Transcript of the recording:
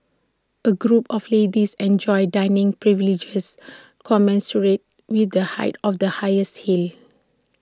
A group of ladies enjoys dining privileges commensurate with the height of the highest heel